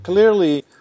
Clearly